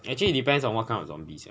actually it depends on what kind of zombies